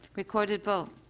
recorded vote.